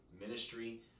ministry